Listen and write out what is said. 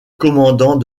commandant